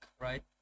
right